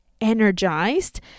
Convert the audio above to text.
energized